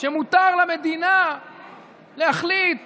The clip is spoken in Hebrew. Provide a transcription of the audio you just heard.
שמותר למדינה להחליט